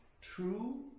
true